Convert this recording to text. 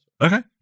Okay